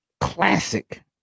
classic